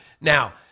Now